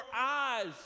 eyes